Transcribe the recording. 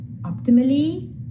optimally